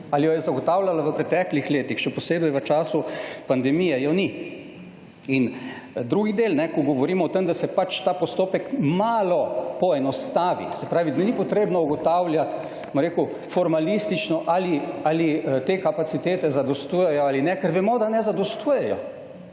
Ali jo je zagotavljala v preteklih letih, še posebej v času pandemije? Je ni. In drugi del, ko govorimo o tem, da se ta postopek malo poenostavi, se pravi da ni potrebno ugotavljati, bom rekel formalistično ali te kapacitete zadostujejo ali ne, ker vemo da ne zadostujejo.